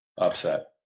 Upset